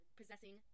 possessing